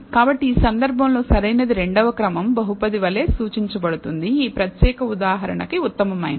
కాబట్టి ఈ సందర్భంలో సరైనది రెండవ క్రమం బహుపది వలె సూచించబడుతుంది ఈ ప్రత్యేక ఉదాహరణకి ఉత్తమమైనది